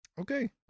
Okay